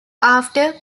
after